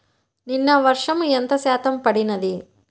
నిన్న వర్షము ఎంత శాతము పడినది?